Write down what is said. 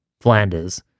Flanders